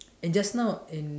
and just now and